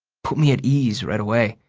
put me at ease right away.